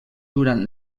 durant